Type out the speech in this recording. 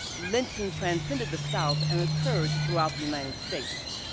lynching transcended the south and occurred throughout the united states.